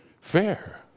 fair